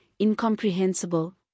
incomprehensible